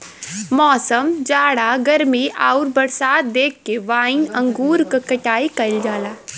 मौसम, जाड़ा गर्मी आउर बरसात देख के वाइन अंगूर क कटाई कइल जाला